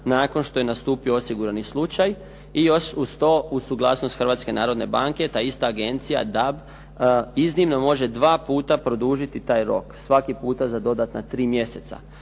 nakon što je nastupio osigurani slučaj i to još uz suglasnost Hrvatske narodne banke ta ista agencija da iznimno može produžiti dva puta taj rok svaki puta za dodatna tri mjeseca.